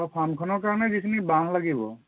অঁ ফাৰ্মখনৰ কাৰণে যিখিনি বাঁহ লাগিব